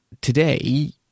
today